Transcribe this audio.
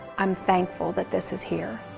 i'm thankful that this is here.